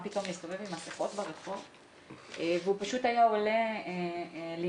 פתאום להסתובב עם מסכות ברחוב והוא פשוט היה עולה לנאום